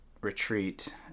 retreat